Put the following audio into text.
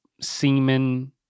semen